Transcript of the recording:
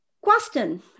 question